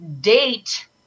date